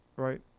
right